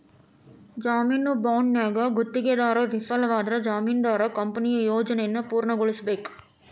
ಜಾಮೇನು ಬಾಂಡ್ನ್ಯಾಗ ಗುತ್ತಿಗೆದಾರ ವಿಫಲವಾದ್ರ ಜಾಮೇನದಾರ ಕಂಪನಿಯ ಯೋಜನೆಯನ್ನ ಪೂರ್ಣಗೊಳಿಸಬೇಕ